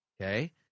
okay